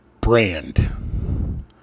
brand